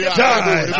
die